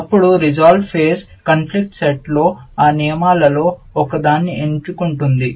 అప్పుడు resolve phase conflict సెట్లో ఆ నియమాలలో ఒకదాన్ని ఎన్నుకుంటుంది